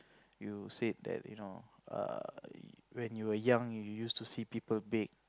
you said that you know err when you were young you used to see people bake